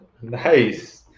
Nice